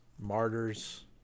Martyrs